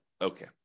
Okay